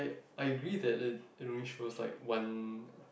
I agree that that only shows like one